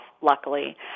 luckily